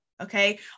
Okay